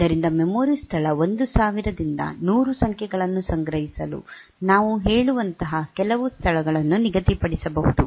ಆದ್ದರಿಂದ ಮೆಮೊರಿ ಸ್ಥಳ 1000 ರಿಂದ 100 ಸಂಖ್ಯೆಗಳನ್ನು ಸಂಗ್ರಹಿಸಲು ನಾವು ಹೇಳುವಂತಹ ಕೆಲವು ಸ್ಥಳವನ್ನು ನಿಗದಿಪಡಿಸಬಹುದು